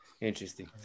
Interesting